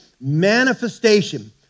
manifestation